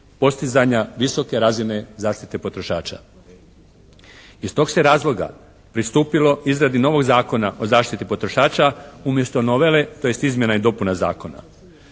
postizanja visoke razine zaštite potrošača. Iz tog se razloga pristupilo izradi novog Zakona o zaštiti potrošača umjesto novele, tj. izmjena i dopuna zakona.